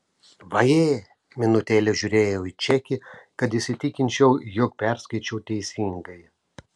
vaje minutėlę žiūrėjau į čekį kad įsitikinčiau jog perskaičiau teisingai